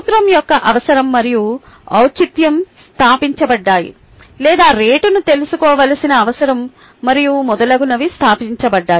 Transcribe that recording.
సూత్రం యొక్క అవసరం మరియు ఔచిత్యం స్థాపించబడ్డాయి లేదా రేటును తెలుసుకోవలసిన అవసరం మరియు మొదలగునవి స్థాపించబడ్డాయి